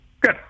Good